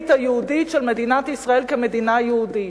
היהודית של מדינת ישראל כמדינה יהודית.